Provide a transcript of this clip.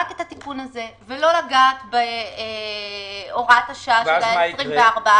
רק את התיקון הזה ולא לגעת בהוראת השעה של 24 חודשים.